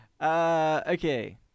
Okay